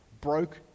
broke